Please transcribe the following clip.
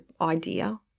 idea